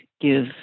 give